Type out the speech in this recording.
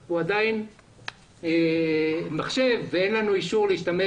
שהוא עדיין מחשב ואין לנו אישור להשתמש